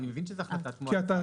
אני מבין שזו החלטת מועצה,